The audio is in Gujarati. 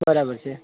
બરાબર છે